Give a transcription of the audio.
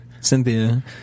Cynthia